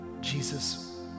Jesus